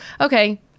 okay